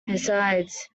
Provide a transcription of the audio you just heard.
besides